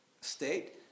state